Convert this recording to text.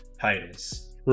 titles